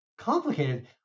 Complicated